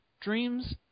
dreams